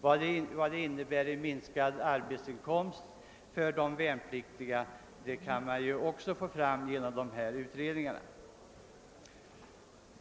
Vad det innebär i minskad arbetsinkomst i det civila för de värnpliktiga kan man ju också få fram genom dessa utredningar.